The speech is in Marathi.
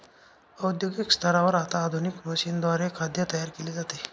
औद्योगिक स्तरावर आता आधुनिक मशीनद्वारे खाद्य तयार केले जाते